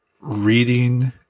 reading